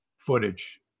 Footage